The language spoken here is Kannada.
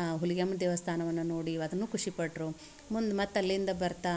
ಆ ಹುಲಿಗೆಮ್ಮನ ದೇವಸ್ಥಾನವನ್ನು ನೋಡಿ ಅದನ್ನು ಖುಷಿಪಟ್ಟರು ಮುಂದೆ ಮತ್ತು ಅಲ್ಲಿಂದ ಬರ್ತಾ